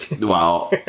Wow